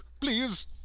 Please